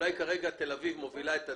אולי כרגע תל אביב מובילה את הדגל,